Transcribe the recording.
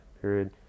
period